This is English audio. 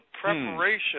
preparation